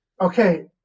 Okay